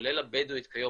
כולל הבדואית היום,